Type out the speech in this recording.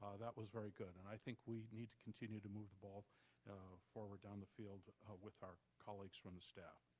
ah that was very good and i think we need to continue to move the ball forward down the field with our colleagues from the staff.